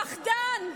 פחדן,